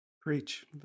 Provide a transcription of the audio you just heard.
Preach